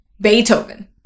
Beethoven